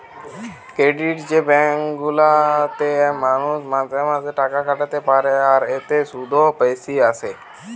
credit bank গুলা তে মানুষ মাসে মাসে টাকা খাটাতে পারে আর এতে শুধও বেশি আসে